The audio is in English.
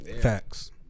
Facts